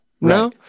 no